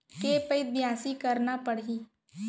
के पइत बियासी करना परहि?